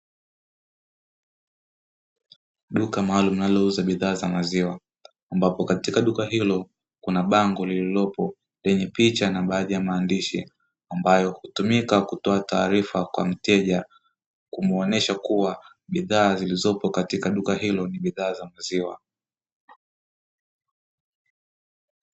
Duka maalumu linalouza bidhaa za maziwa, ambapo katika duka hilo kuna bango lililopo lenye picha na baadhi ya maandishi ambayo hutumika kutoa taarifa kwa mteja, kumuonyesha kuwa bidhaa zilizopo katika duka hilo ni bidhaa za maziwa.